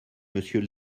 monsieur